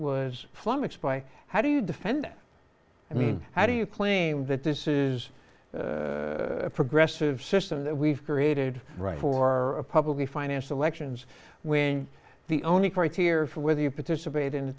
was flung mix by how do you defend i mean how do you claim that this is a progressive system that we've created right for a publicly financed elections when the only criteria for whether you participate in